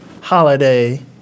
holiday